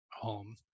home